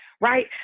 Right